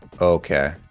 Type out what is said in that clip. Okay